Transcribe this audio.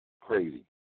crazy